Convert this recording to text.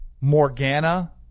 Morgana